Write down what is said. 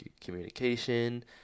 communication